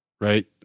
right